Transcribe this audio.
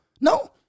No